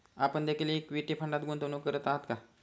आपण देखील इक्विटी फंडात गुंतवणूक करत आहात का?